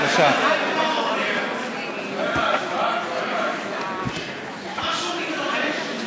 משהו מתרחש.